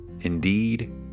indeed